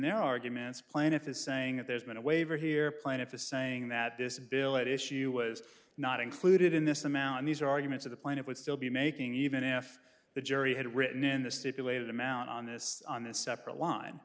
their arguments plaintiff is saying that there's been a waiver here plaintiff is saying that this bill it issue was not included in this amount in these arguments of the plaintiff would still be making even if the jury had written in the stipulated amount on this on a separate line